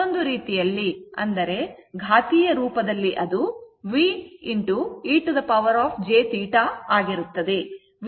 ಮತ್ತೊಂದು ವಿಷಯ ಘಾತೀಯ ರೂಪ ಅದು V e jθ ಆಗಿರುತ್ತದೆ